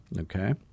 Okay